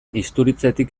isturitzetik